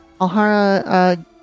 Alhara